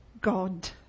God